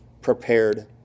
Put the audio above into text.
prepared